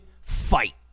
fight